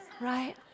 right